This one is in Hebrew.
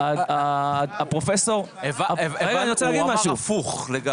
הפרופסור --- הוא אמר הפוך לגמרי.